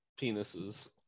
penises